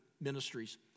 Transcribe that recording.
Ministries